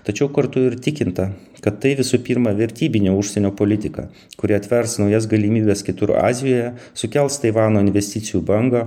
tačiau kartu ir tikinta kad tai visų pirma vertybinė užsienio politika kuri atvers naujas galimybes kitur azijoje sukels taivano investicijų bangą